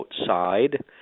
outside